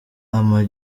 ama